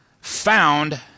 found